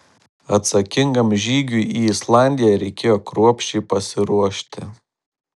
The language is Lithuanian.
atsakingam žygiui į islandiją reikėjo kruopščiai pasiruošti